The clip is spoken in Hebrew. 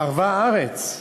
חרבה הארץ.